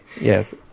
Yes